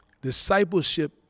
discipleship